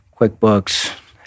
QuickBooks